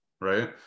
right